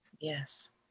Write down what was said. Yes